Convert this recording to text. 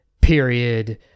period